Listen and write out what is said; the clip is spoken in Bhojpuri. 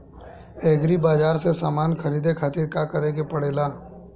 एग्री बाज़ार से समान ख़रीदे खातिर का करे के पड़ेला?